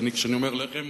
וכשאני אומר לחם,